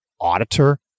auditor